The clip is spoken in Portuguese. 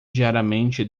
diariamente